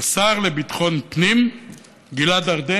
לשר לביטחון הפנים גלעד ארדן.